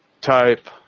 type